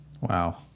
Wow